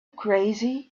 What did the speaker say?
crazy